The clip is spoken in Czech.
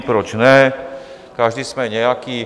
Proč ne, každý jsme nějaký.